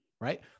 right